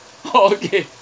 oh okay